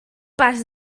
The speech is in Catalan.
pas